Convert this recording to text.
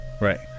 right